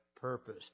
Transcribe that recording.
purpose